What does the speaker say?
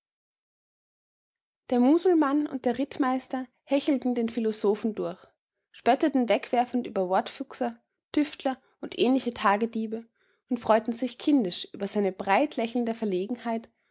der musulmann und der rittmeister hechelten den philosophen durch spöttelten wegwerfend über wortfuchser tüftler und ähnliche tagediebe und freuten sich kindisch über seine breit lächelnde verlegenheit